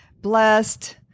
blessed